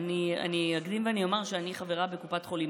אני אקדים ואומר שאני חברה בקופת חולים